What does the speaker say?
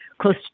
Close